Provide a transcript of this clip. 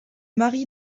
mari